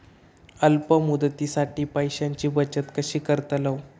अल्प मुदतीसाठी पैशांची बचत कशी करतलव?